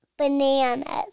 Bananas